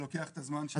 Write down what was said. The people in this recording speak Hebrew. זה לוקח את הזמן שלו.